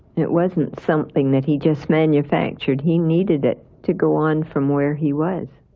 it wasn't something that he just manufactured. he needed it to go on from where he was.